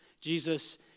Jesus